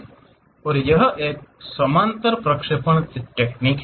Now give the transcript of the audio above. और यह एक समानांतर प्रक्षेपण तकनीक है